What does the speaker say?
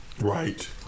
Right